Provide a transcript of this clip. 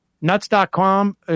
Nuts.com